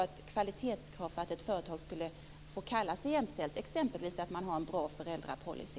Ett kvalitetskrav för att ett företag ska få kalla sig jämställt skulle exempelvis kunna vara att man har en bra föräldrapolicy.